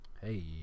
Hey